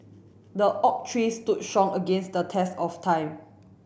the oak tree stood strong against the test of time